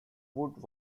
wood